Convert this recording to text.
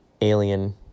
alien